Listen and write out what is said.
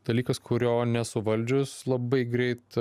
dalykas kurio nesuvaldžius labai greit